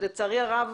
לצערי הרב,